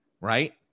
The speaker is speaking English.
right